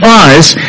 eyes